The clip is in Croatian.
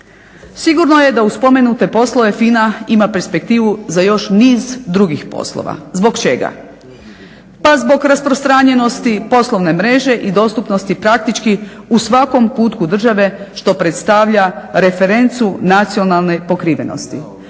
Sigurno je da uz spomenute poslove FINA ima perspektivu za još niz drugih poslova. Zbog čega? Pa zbog rasprostranjenosti poslovne mreže i dostupnosti praktički u svakom kutku države što predstavlja referencu nacionalne pokrivenosti.